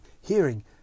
hearing